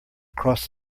across